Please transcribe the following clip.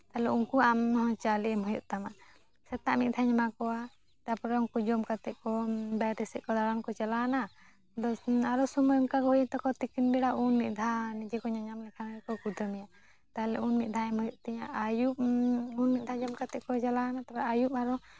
ᱛᱟᱦᱞᱮ ᱩᱱᱠᱩᱣᱟᱜ ᱟᱢᱦᱚᱸ ᱪᱟᱣᱞᱮ ᱮᱢ ᱦᱩᱭᱩᱜ ᱛᱟᱢᱟ ᱥᱮᱛᱟᱜ ᱢᱤᱫ ᱫᱷᱟᱣ ᱤᱧ ᱮᱢᱟ ᱠᱚᱣᱟ ᱛᱟᱨᱯᱚᱨᱮ ᱩᱱᱠᱩ ᱡᱚᱢ ᱠᱟᱛᱮᱫ ᱠᱚ ᱵᱟᱭᱨᱮ ᱥᱮᱫ ᱠᱚ ᱫᱟᱬᱟᱱ ᱠᱚ ᱪᱟᱞᱟᱣᱱᱟ ᱟᱨᱚ ᱥᱚᱢᱚᱭ ᱚᱱᱠᱟᱜᱮ ᱦᱩᱭᱩᱜ ᱛᱟᱠᱚᱣᱟ ᱛᱤᱠᱤᱱ ᱵᱮᱲᱟ ᱩᱱ ᱢᱤᱫ ᱫᱷᱟᱣ ᱱᱤᱡᱮ ᱠᱚ ᱧᱮᱧᱟᱢ ᱞᱮᱠᱷᱟᱱ ᱜᱮᱠᱚ ᱠᱷᱩᱫᱟᱹᱣ ᱢᱮᱭᱟ ᱛᱟᱦᱞᱮ ᱩᱱ ᱢᱤᱫ ᱫᱷᱟᱣ ᱮᱢ ᱦᱩᱭᱩᱜ ᱛᱤᱧᱟᱹ ᱟᱹᱭᱩᱵ ᱩᱱ ᱢᱤᱫ ᱫᱷᱟᱣ ᱡᱚᱢ ᱠᱟᱛᱮᱫ ᱠᱚ ᱪᱟᱞᱟᱣᱱᱟ ᱡᱚᱢ ᱠᱟᱛᱮᱫ ᱟᱨᱚ